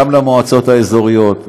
גם למועצות האזוריות,